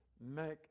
make